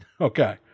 Okay